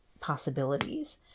possibilities